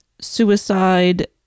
suicide